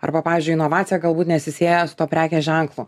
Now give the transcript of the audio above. arba pavyzdžiui inovacija galbūt nesisieja su tuo prekės ženklu